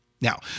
Now